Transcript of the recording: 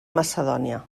macedònia